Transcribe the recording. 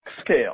scale